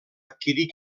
adquirir